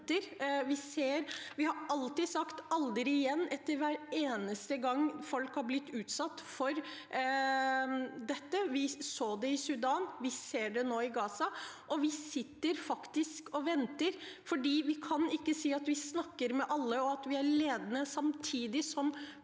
Vi har alltid sagt «aldri igjen», hver eneste gang folk har blitt utsatt for dette. Vi så det i Sudan, vi ser det nå i Gaza. Vi sitter faktisk og venter. Vi kan ikke si at vi snakker med alle, og at vi er ledende, samtidig som